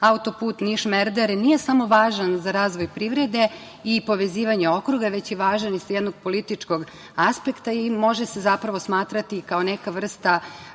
autoput Niš-Merdare nije samo važan za razvoj privrede i povezivanje okruga, već je važan i sa jednog političkog aspekta i može se zapravo smatrati kao neka vrsta